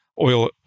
oil